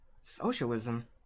Socialism